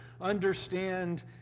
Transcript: understand